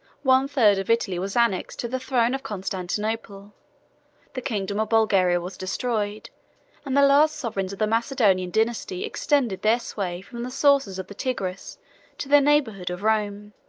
one third of italy was annexed to the throne of constantinople the kingdom of bulgaria was destroyed and the last sovereigns of the macedonian dynasty extended their sway from the sources of the tigris to the neighborhood of rome.